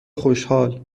خوشحال